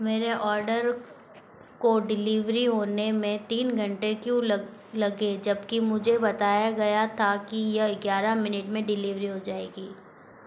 मेरे ऑर्डर की डिलीवरी होने में तीन घंटे क्यों लग लगे जब कि मुझे बताया गया था कि ये ग्यारह मिनट में डिलीवर हो जाएगी